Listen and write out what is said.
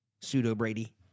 pseudo-Brady